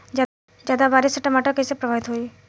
ज्यादा बारिस से टमाटर कइसे प्रभावित होयी?